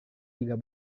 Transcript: tiga